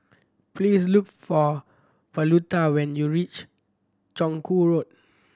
please look for Pauletta when you reach Chong Kuo Road